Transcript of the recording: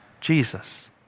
Jesus